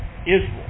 Israel